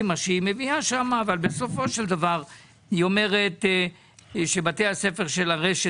שהיא מביאה במכתב אבל אני מתפלא על המכתב הזה שבתי הספר של הרשת